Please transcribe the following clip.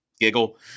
giggle